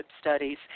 Studies